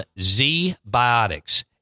Z-Biotics